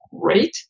great